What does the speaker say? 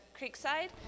Creekside